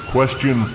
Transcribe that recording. Question